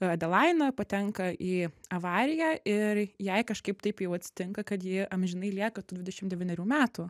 adelaina patenka į avariją ir jai kažkaip taip jau atsitinka kad ji amžinai lieka tų dvidešim devynerių metų